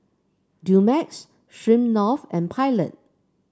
Dumex Smirnoff and Pilot